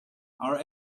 are